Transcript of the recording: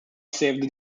saved